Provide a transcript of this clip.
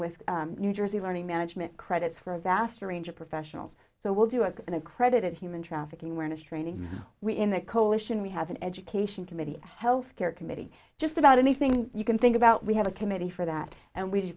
with new jersey learning management credits for a vast range of professionals so we'll do as an accredited human trafficking we're in a training we in the coalition we have an education committee health care committee just about anything you can think about we have a committee for that and we do